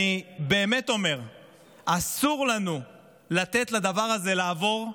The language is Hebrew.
אני באמת אומר שאסור לנו לתת לדבר הזה לעבור.